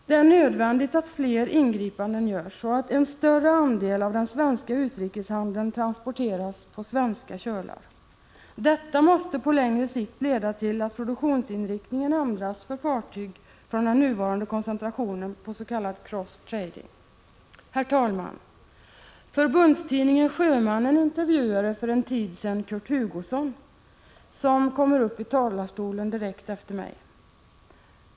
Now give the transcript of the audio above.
Det är nödvändigt att flera ingripanden görs och att en större andel av den svenska utrikeshandeln transporteras på svenska kölar. Detta måste på längre sikt leda till att produktionsinriktningen ändras för fartyg från den nuvarande koncentrationen på s.k. cross trading. Herr talman! Förbundstidningen Sjömannen intervjuade för en tid sedan Kurt Hugosson, som kommer uppi talarstolen direkt efter mig.